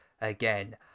again